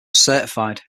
certified